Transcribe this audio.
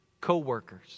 co-workers